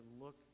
look